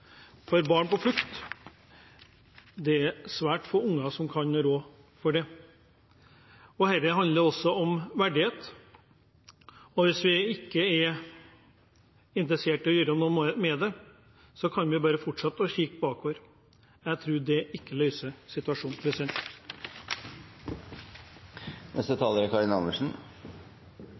for barn på flukt – det er svært få unger som kan rå fordet. Dette handler også om verdighet, og hvis vi ikke er interessert i å gjøre noe med det, kan vi bare fortsette å kikke bakover. Jeg tror ikke det løser situasjonen.